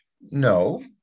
no